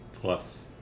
plus